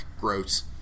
gross